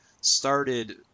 started